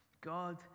God